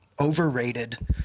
Overrated